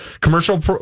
Commercial